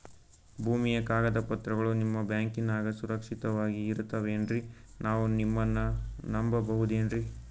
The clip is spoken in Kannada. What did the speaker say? ಭೂಮಿಯ ಕಾಗದ ಪತ್ರಗಳು ನಿಮ್ಮ ಬ್ಯಾಂಕನಾಗ ಸುರಕ್ಷಿತವಾಗಿ ಇರತಾವೇನ್ರಿ ನಾವು ನಿಮ್ಮನ್ನ ನಮ್ ಬಬಹುದೇನ್ರಿ?